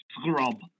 scrub